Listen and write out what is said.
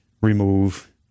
remove